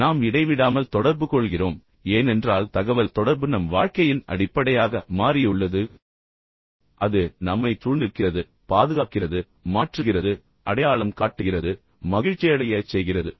எனவே நாம் இடைவிடாமல் தொடர்புகொள்கிறோம் ஏனென்றால் தகவல் தொடர்பு நம் வாழ்க்கையின் அடிப்படையாக மாறியுள்ளது அது நம்மைச் சூழ்ந்திருக்கிறது நம்மைப் பாதுகாக்கிறது நம்மைச் மாற்றுகிறது நம்மைக் காட்டுகிறது நம்மைச் அடையாளம் காட்டுகிறது நம்மைச் மகிழ்ச்சியடையச் செய்கிறது